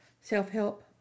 self-help